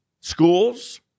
schools